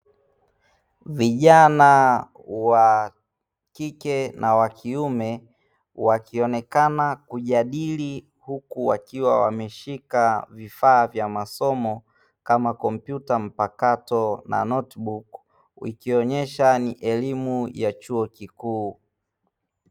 Vijana wa kike na wa kiume wakionekana kujadili huku wakiwa wameshika vifaa vya masomo kama kompyuta mpakato na Notebook ikionyesha ni elimu ya chuo kikuu.